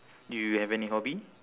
do you have any hobby